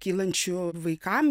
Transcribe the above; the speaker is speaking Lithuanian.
kylančių vaikam